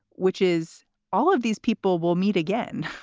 which is all of these people will meet again.